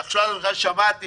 עכשיו בכלל שמעתי,